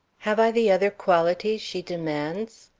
have i the other qualities she demands?